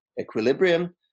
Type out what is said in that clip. equilibrium